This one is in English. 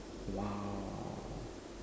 !wow!